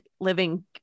living